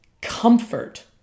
comfort